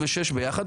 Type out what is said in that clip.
ו-6 ביחד,